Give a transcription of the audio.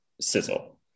sizzle